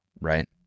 Right